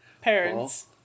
parents